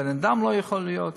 הבן-אדם לא יכול להיות,